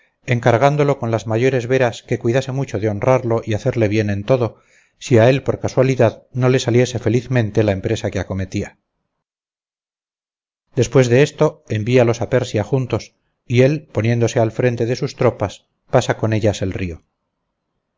encargándolo con las mayores veras que cuidase mucho de honrarlo y hacerle bien en todo si a él por casualidad no le saliese felizmente la empresa que acometía después de esto envíalos a persia juntos y él poniéndose al frente de sus tropas pasa con ellas el río